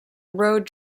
road